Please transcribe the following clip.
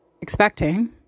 expecting